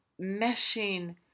meshing